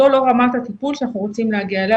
זו לא רמת הטיפול שאנחנו רוצים להגיע אליה.